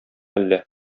әллә